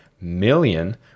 million